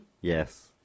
Yes